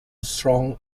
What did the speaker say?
strong